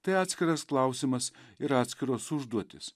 tai atskiras klausimas ir atskiros užduotys